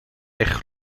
erg